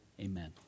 Amen